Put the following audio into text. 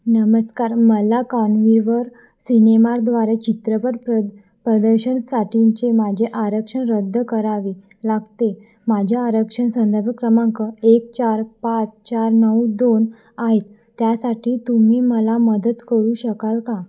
नमस्कार मला कॉनविवर सिनेमारद्वारे चित्रपट प्रद प्रदर्शनासाठींचे माझे आरक्षण रद्द करावे लागते माझ्या आरक्षण संदर्भ क्रमांक एक चार पाच चार नऊ दोन आहेत त्यासाठी तुम्ही मला मदत करू शकाल का